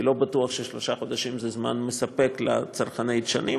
כי לא בטוח ששלושה חודשים זה זמן מספק לצרכני דשנים,